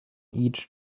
each